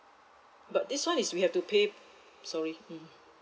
but this one is we have to pay sorry mmhmm